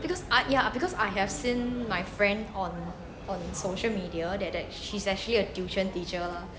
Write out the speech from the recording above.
because I ya because I have seen my friend on on social media that that she's actually a tuition teacher lah